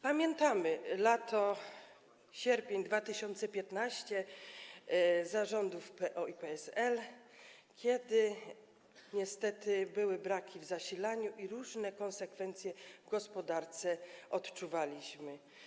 Pamiętamy lato, sierpień 2015 r. za rządów PO i PSL, kiedy niestety były braki w zasilaniu i różne konsekwencje w gospodarce odczuwaliśmy.